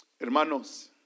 Hermanos